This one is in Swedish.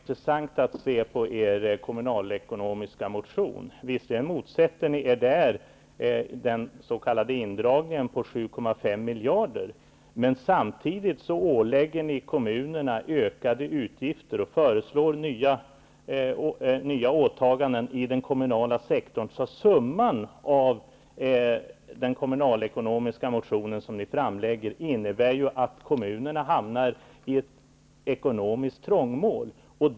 Fru talman! Det kan vara intressant att se på er kommunalekonomiska motion, Lisbet Calner. Visserligen motsätter ni er där den s.k. indragningen på 7,5 miljarder. Men samtidigt ålägger ni kommunerna ökade utgifter i förslag till nya åtaganden i den kommunala sektorn. Summan av förslagen i den kommunalekonomiska motion som ni framlägger är att kommunerna hamnar i ett ekonomiskt trångmål.